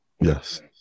Yes